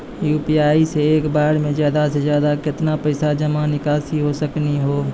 UPI से एक बार मे ज्यादा से ज्यादा केतना पैसा जमा निकासी हो सकनी हो?